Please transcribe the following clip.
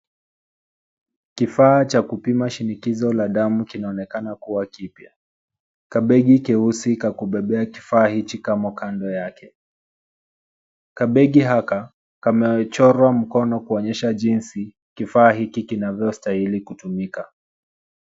Kifaa cha kupima shinikizo la damu kinaonekana kuwa kipya. Kabegi keusi ka kubebea kifaa hichi kamo kando yake. Kabegi haka kamechorwa mkono kuonyesha jinsi kifaa hiki kinavyostahili kutumika.